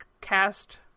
cast